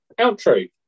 outro